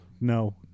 No